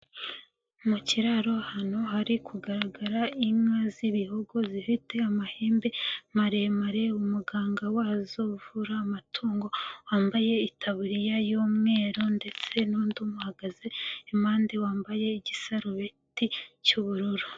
Mu kiraro ahantu hari kugaragara inka z'ibihogo zifite amahembe maremare umuganga wazo uvura amatungo, wambaye itaburiya y'umweru ndetse n'undi umuhagaze impande wambaye igisarubeti cy'ubururu.